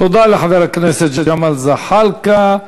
תודה לחבר הכנסת ג'מאל זחאלקה.